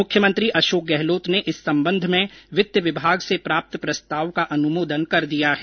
मुख्यमंत्री अशोक गहलोत ने इस संबंध में वित्त विभाग से प्राप्त प्रस्ताव का अनुमोदन कर दिया है